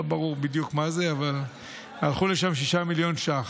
לא ברור בדיוק מה זה, אבל הלכו לשם 6 מיליון ש"ח,